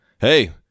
hey